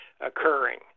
occurring